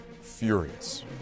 furious